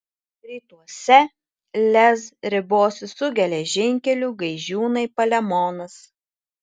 rytuose lez ribosis su geležinkeliu gaižiūnai palemonas